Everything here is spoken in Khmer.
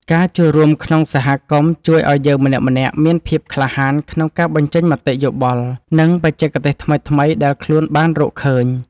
ការចូលរួមក្នុងសហគមន៍ជួយឱ្យយើងម្នាក់ៗមានភាពក្លាហានក្នុងការបញ្ចេញមតិយោបល់ និង បច្ចេកទេសថ្មីៗដែលខ្លួនបានរកឃើញ។